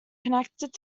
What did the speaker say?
connected